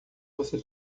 você